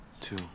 Two